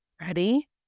Ready